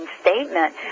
statement